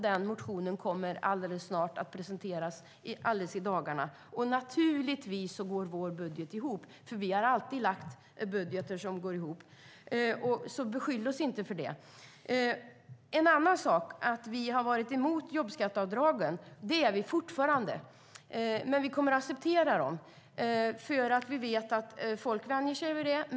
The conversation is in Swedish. Den motionen kommer att presenteras i dagarna, och naturligtvis går vår budget ihop, för vi har alltid lagt budgetar som går ihop. Beskyll oss inte för detta! En annan sak är att vi har varit emot jobbskatteavdragen. Det är vi fortfarande. Men vi kommer att acceptera dem, för vi vet att folk vänjer sig vid dem.